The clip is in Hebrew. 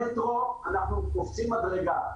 במטרו אנחנו קופצים מדרגה.